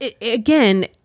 again